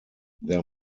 there